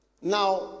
now